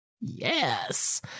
Yes